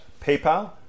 PayPal